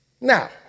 Now